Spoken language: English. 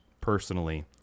personally